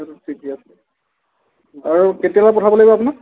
সেইটো ঠিকেই আছে আৰু কেতিয়ালৈ পঠাব লাগিব আপোনাক